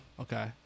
Okay